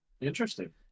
Interesting